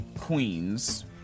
Queens